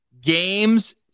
Games